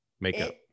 makeup